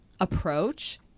approach